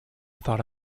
thought